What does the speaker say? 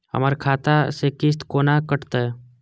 हमर खाता से किस्त कोना कटतै?